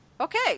Okay